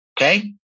Okay